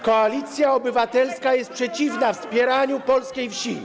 Koalicja Obywatelska jest przeciwna wspieraniu polskiej wsi.